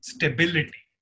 Stability